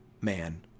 man